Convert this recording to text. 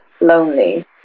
lonely